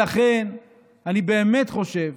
לכן אני באמת חושב